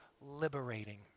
liberating